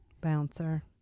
bouncer